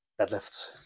deadlifts